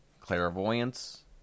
clairvoyance